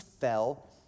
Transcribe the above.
fell